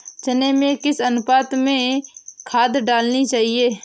चने में किस अनुपात में खाद डालनी चाहिए?